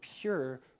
pure